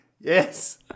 Yes